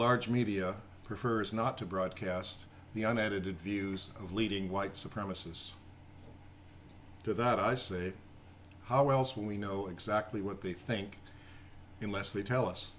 large media prefers not to broadcast the unedited views of leading white supremacists to that i say how else would we know exactly what they think unless they tell us